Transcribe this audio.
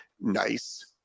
nice